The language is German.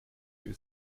für